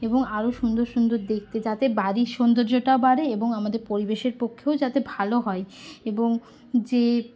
এবং আরো সুন্দর সুন্দর দেখতে যাতে বাড়ির সৌন্দর্যটাও বাড়ে এবং আমাদের পরিবেশের পক্ষেও যাতে ভালো হয় এবং যে